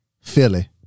Philly